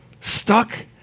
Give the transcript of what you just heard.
stuck